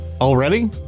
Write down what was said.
Already